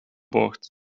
boord